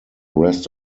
rest